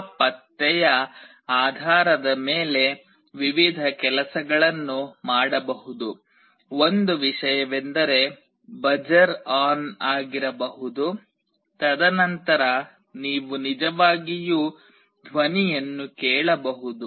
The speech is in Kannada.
ಆ ಪತ್ತೆಯ ಆಧಾರದ ಮೇಲೆ ವಿವಿಧ ಕೆಲಸಗಳನ್ನು ಮಾಡಬಹುದು ಒಂದು ವಿಷಯವೆಂದರೆ ಬಝರ್ ಆನ್ ಆಗಿರಬಹುದು ತದನಂತರ ನೀವು ನಿಜವಾಗಿಯೂ ಧ್ವನಿಯನ್ನು ಕೇಳಬಹುದು